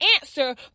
answer